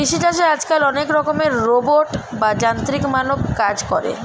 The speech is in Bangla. কৃষি চাষে আজকাল অনেক রকমের রোবট বা যান্ত্রিক মানব কাজ করে